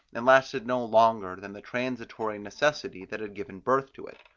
and lasted no longer than the transitory necessity that had given birth to it.